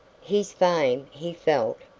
his fame, he felt,